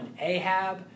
Ahab